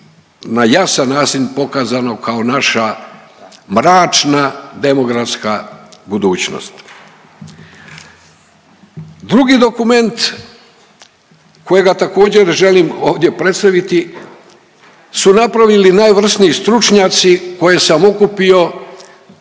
na jasan način pokazano kao naša mračna demografska budućnost. Drugi dokument kojega također želim ovdje predstaviti su napravili najvrsniji stručnjaci koje sam okupio